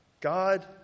God